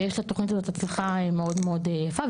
ויש לתוכנית הזאת הצלחה מאוד מאוד יפה,